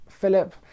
Philip